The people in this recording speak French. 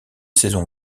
saison